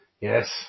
Yes